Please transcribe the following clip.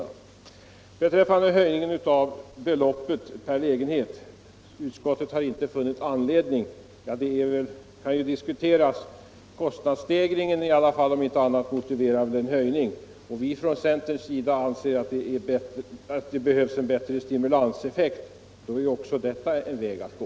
Vad slutligen angår höjningen av beloppen per lägenhet har utskottet inte funnit anledning till någon sådan höjning, och det kan ju diskuteras. Bara kostnadsstegringen borde väl motivera en höjning. Vi från centern anser att det behövs en bättre stimulanseffekt, och då är ju också detta en väg att gå.